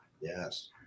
yes